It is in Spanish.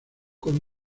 con